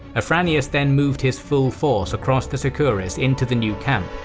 afranius then moved his full force across the sicoris into the new camp,